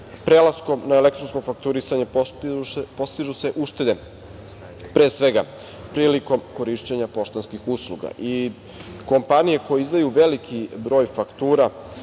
Prelaskom na elektronsko fakturisanje postižu se uštede, pre svega prilikom korišćenja poštanskih usluga. Kompanije koje izdaju veliki broj faktura,